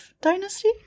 dynasty